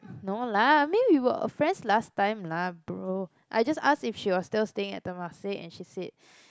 no lah I mean we were friends last time lah bro I just ask if she was still staying at Temasek and she said